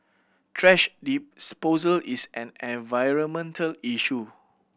thrash disposal is an environmental issue